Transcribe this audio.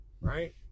right